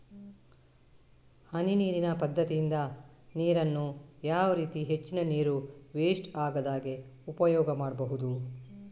ಹನಿ ನೀರಿನ ಪದ್ಧತಿಯಿಂದ ನೀರಿನ್ನು ಯಾವ ರೀತಿ ಹೆಚ್ಚಿನ ನೀರು ವೆಸ್ಟ್ ಆಗದಾಗೆ ಉಪಯೋಗ ಮಾಡ್ಬಹುದು?